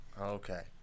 Okay